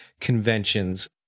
conventions